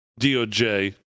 doj